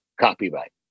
copyright